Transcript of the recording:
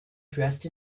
dressed